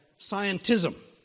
scientism